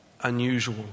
unusual